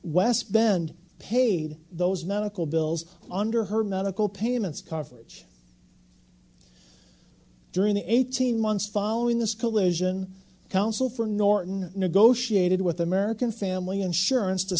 west bend paid those not a cool bills under her medical payments coverage during the eighteen months following this collision counsel for norton negotiated with american family insurance to